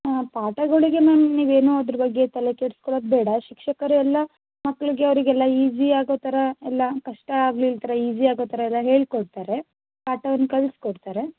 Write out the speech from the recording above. ಹಾಂ ಪಾಠಗಳಿಗೆ ಮ್ಯಾಮ್ ನೀವೇನೂ ಅದರ ಬಗ್ಗೆ ತಲೆ ಕೆಡಿಸ್ಕೊಳ್ಳೋದು ಬೇಡ ಶಿಕ್ಷಕರು ಎಲ್ಲ ಮಕ್ಕಳಿಗೆ ಅವರಿಗೆಲ್ಲ ಈಸಿ ಆಗೋ ಥರ ಎಲ್ಲ ಕಷ್ಟ ಆಗ್ಲಿಲ್ಲದ ಥರ ಈಸಿ ಆಗೋ ಥರ ಎಲ್ಲ ಹೇಳ್ಕೊಡ್ತಾರೆ ಪಾಠವನ್ನು ಕಲಿಸಿಕೊಡ್ತಾರೆ